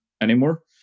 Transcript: anymore